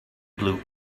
blue